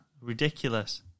Ridiculous